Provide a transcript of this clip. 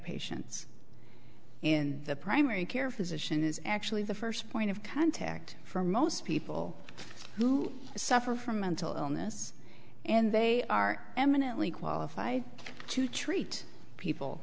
patients in the primary care physician is actually the first point of contact for most people who suffer from mental illness and they are eminently qualified to treat people